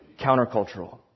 countercultural